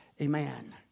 Amen